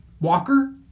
Walker